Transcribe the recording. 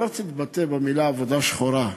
אני לא רוצה להתבטא במילים "עבודה שחורה",